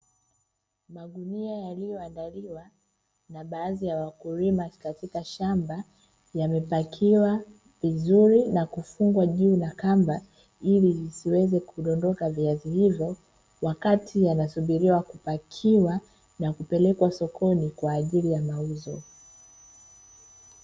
Magunia yaliyoandaliwa na baadhi ya wakulima katika shamba, yamepakiwa vizuri na kufungwa juu na kamba ili zisiweze kudondoka viazi hivyo, wakati yanasubiliwa kupakiwa na kupelekwa sokoni kwa ajili ya mauzo.